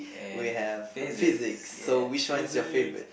we have physics so which one's your favorite